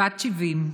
בת 70,